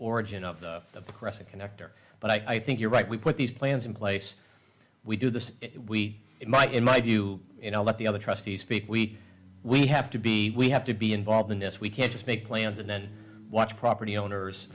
origin of the of the crescent connector but i think you're right we put these plans in place we do this we might in my view you know let the other trustees speak we we have to be we have to be involved in this we can't just make plans and then watch property owners